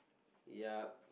yup